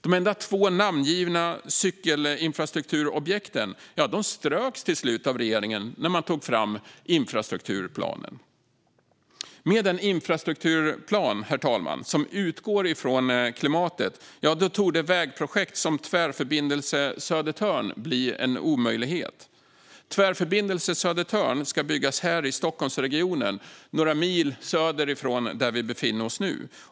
De enda två namngivna cykelinfrastrukturobjekten ströks till slut av regeringen när man tog fram infrastrukturplanen. Herr talman! Med en infrastrukturplan som utgår från klimatet torde vägprojekt som Tvärförbindelse Södertörn bli en omöjlighet. Tvärförbindelse Södertörn ska byggas här i Stockholmsregionen, några mil söderut från där vi befinner oss nu.